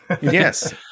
Yes